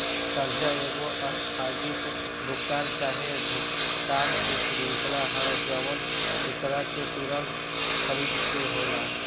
कर्जा एगो आस्थगित भुगतान चाहे भुगतान के श्रृंखला ह जवन एकरा के तुंरत खरीद से होला